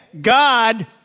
God